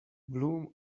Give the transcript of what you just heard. bloom